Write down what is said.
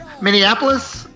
Minneapolis